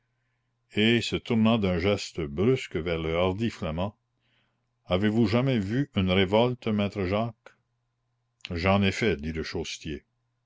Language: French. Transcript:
et se tournant d'un geste brusque vers le hardi flamand avez-vous jamais vu une révolte maître jacques j'en ai fait dit le